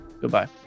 goodbye